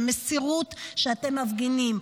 המסירות שאתם מפגינים.